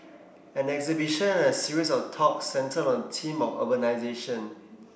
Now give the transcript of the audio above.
an exhibition and a series of talk centred on theme of urbanisation